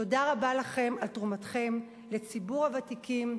תודה רבה לכם על תרומתכם לציבור הוותיקים,